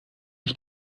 ich